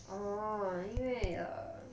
orh 因为 err